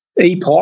epoch